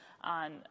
on